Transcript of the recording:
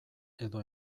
edo